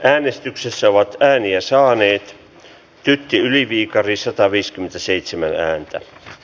äänestyksessä ovat ääniä saaneita pyydettiin yli viikari sataviisikymmentäseitsemän a